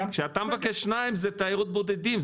כאשר אתה מבקש שניים זה תיירות בודדים.